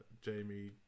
Jamie